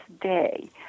day